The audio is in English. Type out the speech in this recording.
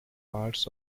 parts